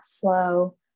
flow